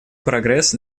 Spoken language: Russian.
прогресс